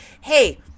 Hey